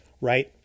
right